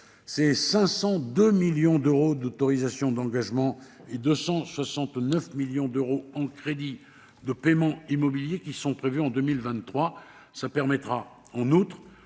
502 millions d'euros d'autorisations d'engagement et 269 millions d'euros de crédits de paiement immobiliers sont prévus en 2023. Ces crédits permettront en outre